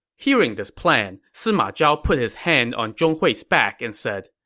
hearing this plan, sima zhao put his hand on zhong hui's back and said,